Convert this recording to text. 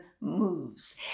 moves